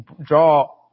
draw